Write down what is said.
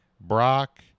Brock